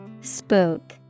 spook